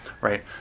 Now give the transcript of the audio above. right